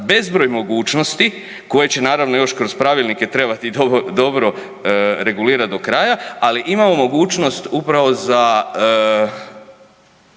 bezbroj mogućnosti koje će naravno još kroz pravilnike trebati dobro regulirat do kraja, ali imamo mogućnost upravo za